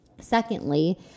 Secondly